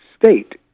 state